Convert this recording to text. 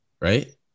Right